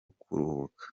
kuruhuka